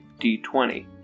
D20